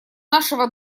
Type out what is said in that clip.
нашего